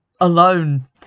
alone